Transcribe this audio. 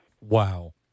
Wow